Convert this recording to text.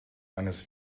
eines